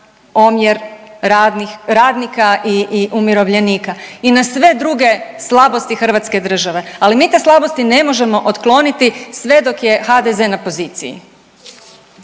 omjer radnika i umirovljenika i na sve druge slabosti Hrvatske države. Ali mi te slabosti ne možemo otkloniti sve dok je HDZ na poziciji.